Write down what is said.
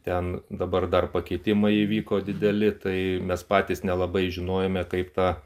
ten dabar dar pakeitimai įvyko dideli tai mes patys nelabai žinojome kaip tą